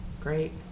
great